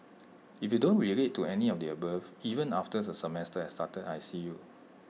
if you don't relate to any of the above even after the semester has started I see you